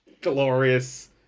glorious